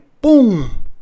boom